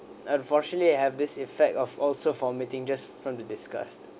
unfortunately I have this effect of also vomiting just from the disgust